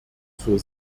zur